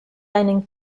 deinen